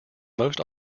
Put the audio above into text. most